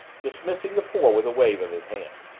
dismissing the poor with a wave of his hand.